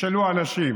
ישאלו אנשים,